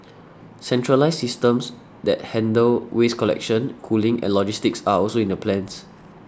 centralised systems that handle waste collection cooling and logistics are also in the plans